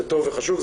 זה טוב וחשוב,